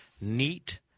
neat